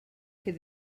que